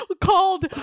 called